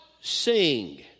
sing